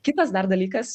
kitas dar dalykas